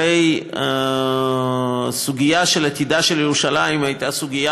הרי הסוגיה של עתידה של ירושלים הייתה סוגיה